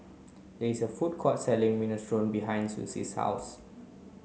there is a food court selling Minestrone behind Susie's house